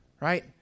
right